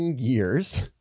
years